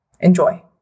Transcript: Enjoy